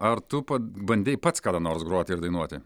ar tu pat bandei pats kada nors groti ir dainuoti